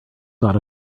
got